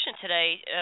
today